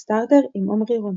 "סטרטר" עם עמרי רונן.